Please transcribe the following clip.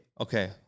okay